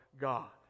God